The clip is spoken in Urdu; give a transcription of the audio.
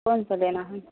کون سا لینا ہے